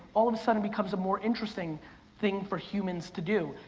all of a sudden becomes a more interesting thing for humans to do.